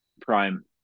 prime